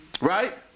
Right